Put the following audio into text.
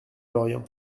lorient